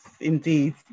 indeed